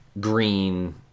Green